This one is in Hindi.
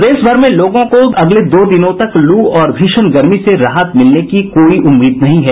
प्रदेशभर में लोगों को अगले कुछ दिनों तक लू और भीषण गर्मी से राहत मिलने की काई उम्मीद नहीं है